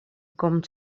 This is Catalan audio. com